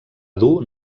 dur